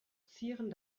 zieren